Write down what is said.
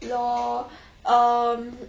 lol um